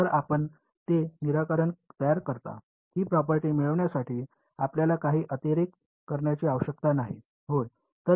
तर आपण ते निराकरणात तयार करता ही प्रॉपर्टी मिळविण्यासाठी आपल्याला काही अतिरिक्त करण्याची आवश्यकता नाही होय